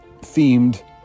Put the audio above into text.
themed